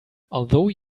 although